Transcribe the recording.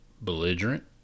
belligerent